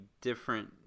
different